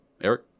Eric